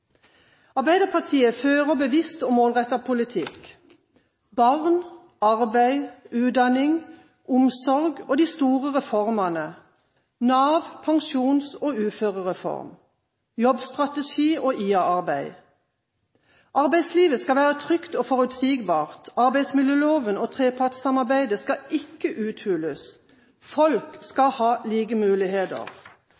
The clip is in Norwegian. Arbeiderpartiet fører en bevisst og målrettet politikk på områder som handler om barn, arbeid, utdanning, omsorg og de store reformene, som Nav- og pensjons- og uførereform, jobbstrategi og IA-arbeid. Arbeidslivet skal være trygt og forutsigbart, arbeidsmiljøloven og trepartssamarbeidet skal ikke uthules. Folk